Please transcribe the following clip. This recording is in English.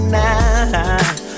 now